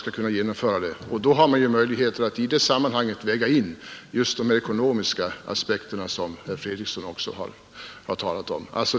I det sammanhanget har man möjlighet att lägga in just de ekonomiska aspekter som herr Fredriksson framfört.